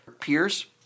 peers